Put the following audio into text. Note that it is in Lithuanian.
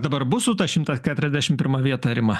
dabar bus su ta šimtas keturiasdešim pirma vieta rima